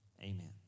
Amen